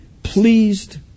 Pleased